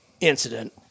Incident